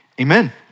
amen